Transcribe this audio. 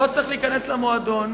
לא צריך להיכנס למועדון,